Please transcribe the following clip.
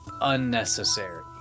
unnecessary